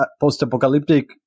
post-apocalyptic